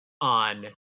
on